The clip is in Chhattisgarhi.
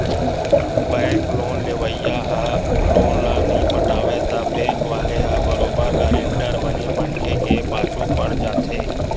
बेंक लोन लेवइया ह लोन ल नइ पटावय त बेंक वाले ह बरोबर गारंटर बने मनखे के पाछू पड़ जाथे